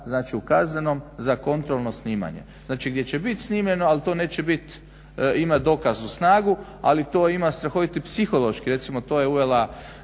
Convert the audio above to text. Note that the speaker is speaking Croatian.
znači u kaznenom za kontrolno snimanje, znači gdje će bit snimljeno ali to neće biti, imati dokaznu snagu, ali to ima strahoviti psihološki, recimo to je uvela